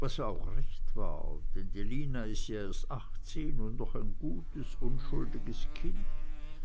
was auch recht war denn die lina is ja erst achtzehn und noch ein gutes unschuldiges kind